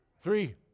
Three